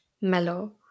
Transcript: mellow